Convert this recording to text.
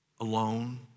alone